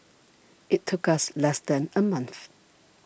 it took us less than a month